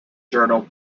journal